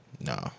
no